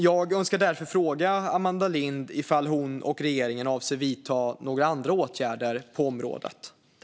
Jag önskar därför fråga Amanda Lind om hon och regeringen avser att vidta några andra åtgärder på området.